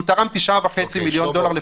מעידים שהוא תרם 9.5 מיליון דולר לפחות.